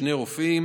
שני רופאים,